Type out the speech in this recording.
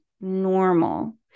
normal